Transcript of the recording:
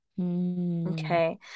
Okay